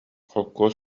холкуос